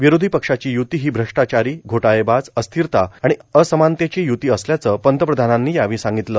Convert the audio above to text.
विरोधी पक्षांची य्रती ही भ्रष्टाचारी घोटाळेबाज अस्थिरता आणि असमानतेची युती असल्याचं पंतप्रधानांनी यावेळी सांगितलं